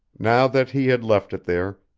now that he had left it there,